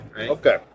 Okay